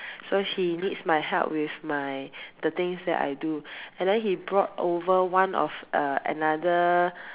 so he needs my help with my the things that I do and then he brought over one of uh another